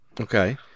Okay